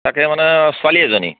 তাকে মানে ছোৱালী এজনী